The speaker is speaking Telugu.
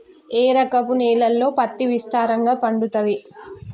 ఏ రకపు నేలల్లో పత్తి విస్తారంగా పండుతది?